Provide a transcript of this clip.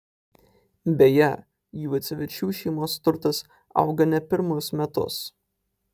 beje juocevičių šeimos turtas auga ne pirmus metus